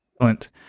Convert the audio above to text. Excellent